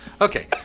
Okay